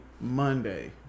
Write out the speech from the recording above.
Monday